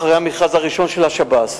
אחרי המכרז הראשון של השב"ס,